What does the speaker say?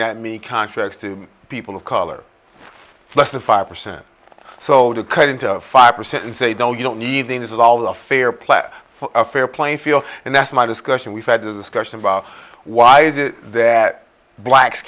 that many contracts to people of color less than five percent so to cut into five percent and say don't you don't need them this is all a fair play for a fair playing field and that's my discussion we've had this discussion about why is it that blacks